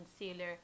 concealer